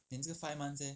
the 这 five months leh